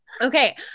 Okay